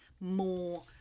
more